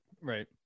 right